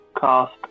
cast